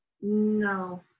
No